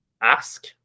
ask